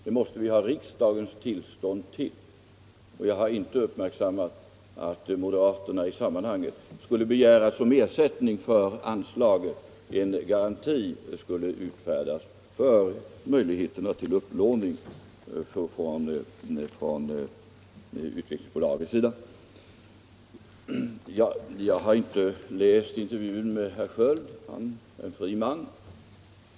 Det måste vi ha riksdagens tillstånd till, och jag har inte uppmärksammat att moderaterna begärt att som ersättning för anslaget skulle utfärdas en garanti som möjliggör för bolaget att låna upp pengar. Jag har inte läst intervjun med herr Sköld. Han är en fri man.